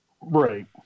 Right